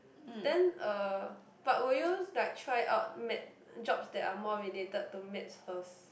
then uh but will you like try out maths jobs that are more related to maths first